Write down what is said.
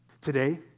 Today